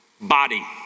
body